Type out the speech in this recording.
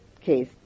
case